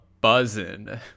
buzzing